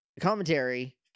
commentary